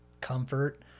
comfort